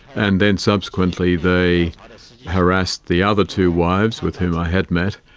and then subsequently they harassed the other two wives with whom i had met,